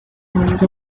months